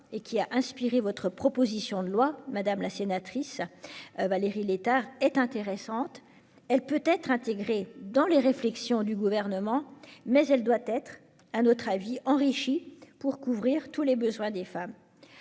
et qui a inspiré votre proposition de loi, est intéressante. Elle peut être intégrée dans les réflexions du Gouvernement, mais elle doit être, à notre avis, enrichie pour couvrir tous les besoins des femmes.